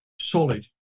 solid